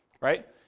right